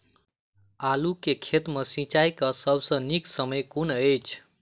आलु केँ खेत मे सिंचाई केँ सबसँ नीक समय कुन अछि?